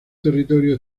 territorio